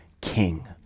king